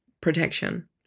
protection